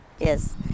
Yes